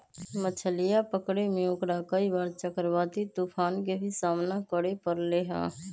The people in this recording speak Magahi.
मछलीया पकड़े में ओकरा कई बार चक्रवाती तूफान के भी सामना करे पड़ले है